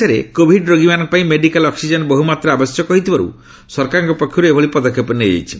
ଦେଶରେ କୋଭିଡ୍ ରୋଗୀମାନଙ୍କ ପାଇଁ ମେଡିକାଲ୍ ଅକ୍ଟିଜେନ୍ ବହୁମାତ୍ରାରେ ଆବଶ୍ୟକ ହୋଇଥିବାରୁ ସରକାରଙ୍କ ପକ୍ଷରୁ ଏଭଳି ପଦକ୍ଷେପ ନିଆଯାଇଛି